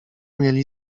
mieli